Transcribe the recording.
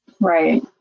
Right